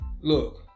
look